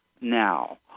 now